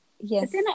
yes